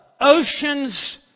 oceans